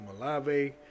Malave